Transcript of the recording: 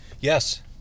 Yes